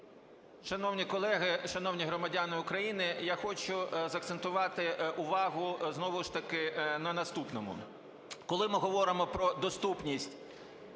Шановні колеги, шановні громадяни України, я хочу закцентувати увагу знову ж таки на наступному. Коли ми говоримо про доступність